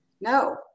No